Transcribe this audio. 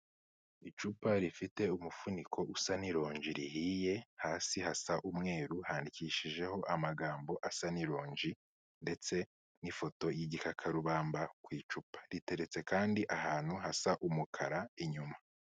Icupa rifite umufuniko usa n'ironji rihiye, hasi hasa umweru, handikishijeho amagambo asa n'ironji, ndetse n'ifoto y'igikakarubamba ku icupa. Riteretse kandi ahantu hasa umukara inyuma.